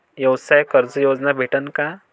व्यवसाय कर्ज योजना भेटेन का?